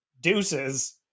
deuces